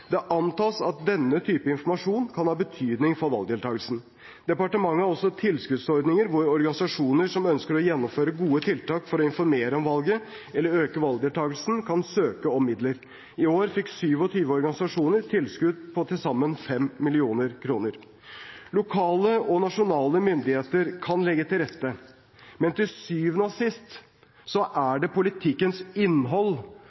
Det antas at denne type informasjon kan ha betydning for valgdeltakelsen. Departementet har også en tilskuddsordning hvor organisasjoner som ønsker å gjennomføre gode tiltak for å informere om valget eller øke valgdeltakelsen, kan søke om midler. I år fikk 27 organisasjoner tilskudd på til sammen 5 mill. kr. Lokale og nasjonale myndigheter kan legge til rette, men til syvende og sist er det politikkens innhold